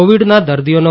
કોવિડના દર્દીઓનો